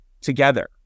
together